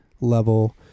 level